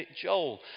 Joel